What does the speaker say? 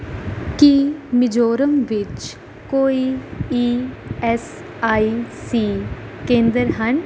ਕੀ ਮਿਜ਼ੋਰਮ ਵਿੱਚ ਕੋਈ E S I C ਕੇਂਦਰ ਹਨ